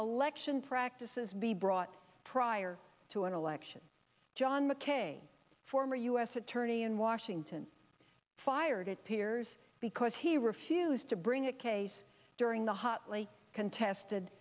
election practices be brought prior to an election john mckay former u s attorney in washington fired at piers because he refused to bring a case during the hotly contested